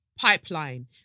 pipeline